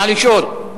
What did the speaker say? נא לשאול.